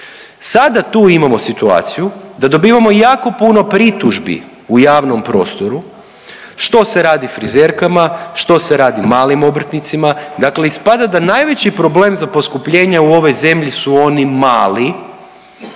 Sada tu imamo situaciju da dobijamo jako puno pritužbi u javnom prostoru što se radi frizerkama, što se radi malim obrtnicima, dakle ispada da najveći problem za poskupljenje u ovoj zemlji su oni mali